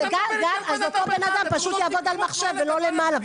אותו בן אדם פשוט יעבוד על מחשב ולא למעלה,